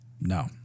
No